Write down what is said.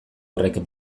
horrek